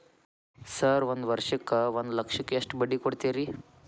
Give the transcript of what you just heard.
Sir ಒಂದು ವರ್ಷಕ್ಕ ಒಂದು ಲಕ್ಷಕ್ಕ ಎಷ್ಟು ಬಡ್ಡಿ ಕೊಡ್ತೇರಿ?